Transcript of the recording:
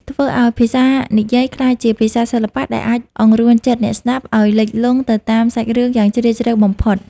ធ្វើឱ្យភាសានិយាយក្លាយជាភាសាសិល្បៈដែលអាចអង្រួនចិត្តអ្នកស្ដាប់ឱ្យលិចលង់ទៅតាមសាច់រឿងយ៉ាងជ្រាលជ្រៅបំផុត។